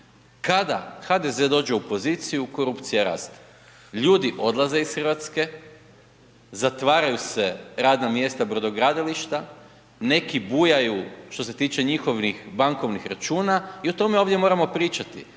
kada HDZ dođe u poziciju korupcija raste, ljudi odlaze iz Hrvatske, zatvaraju se radna mjesta brodogradilišta, neki bujaju što se tiče njihovih bankovnih računa i o tome ovdje moramo pričati.